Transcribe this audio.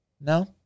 no